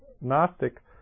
Gnostic